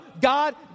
God